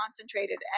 concentrated